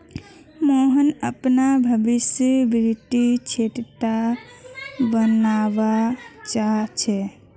मोहन अपनार भवीस वित्तीय क्षेत्रत बनवा चाह छ